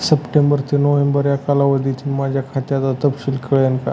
September ते November या कालावधीतील माझ्या खात्याचा तपशील कळेल का?